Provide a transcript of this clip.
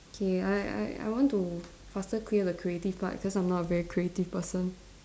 okay I I I want to faster clear the creative part because I'm not a very creative person